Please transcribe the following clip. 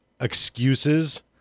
excuses